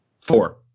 Four